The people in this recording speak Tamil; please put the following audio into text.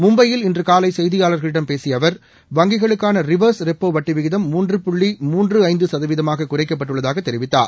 மும்பையில் இன்று காலை செய்தியாளர்களிடம் பேசிய அவர் வங்கிகளுக்கான ரிவர்ஸ் ரெப்போ வட்டி விகிதம் மூன்று புள்ளி மூன்று ஐந்து சதவீதமாக குறைக்கப்பட்டுள்ளதாக தெரிவித்தார்